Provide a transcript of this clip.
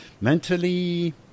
mentally